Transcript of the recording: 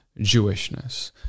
Jewishness